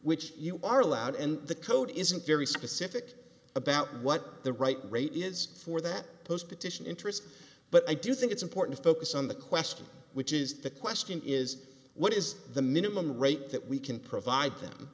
which you are allowed and the code isn't very specific about what the right rate is for that post petition interest but i do think it's important to focus on the question which is the question is what is the minimum rate that we can provide them